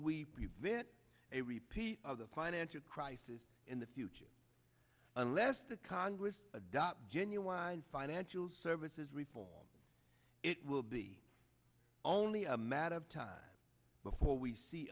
we prevent a repeat of the financial crisis in the future unless the congress adopt genuine financial services reform it will be only a matter of time before we see